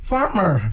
Farmer